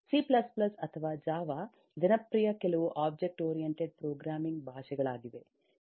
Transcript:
C C ಅಥವಾ Java ಜನಪ್ರಿಯ ಕೆಲವು ಒಬ್ಜೆಕ್ಟ್ ಓರಿಯಂಟೆಡ್ ಪ್ರೋಗ್ರಾಮಿಂಗ್ ಭಾಷೆ ಗಳಾಗಿವೆ